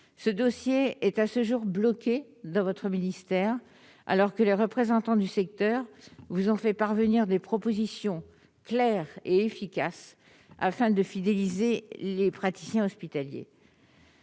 Ce dossier est à ce jour bloqué au niveau de votre ministère, alors que les représentants du secteur vous ont fait parvenir des propositions claires et efficaces pour fidéliser les praticiens hospitaliers.